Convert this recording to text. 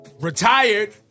Retired